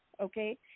okay